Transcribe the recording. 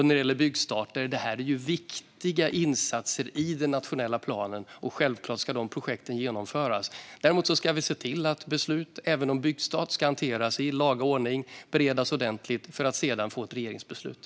När det gäller byggstarter är detta viktiga insatser i den nationella planen, och självklart ska dessa projekt genomföras. Däremot ska vi se till att beslut även om byggstarter ska hanteras i laga ordning och beredas ordentligt innan beslut fattas av regeringen.